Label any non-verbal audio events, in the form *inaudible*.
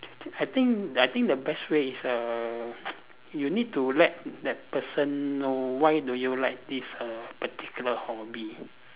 I think I think the best way is a err *noise* you need to let the person know why do you like this err particular hobby